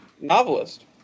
novelist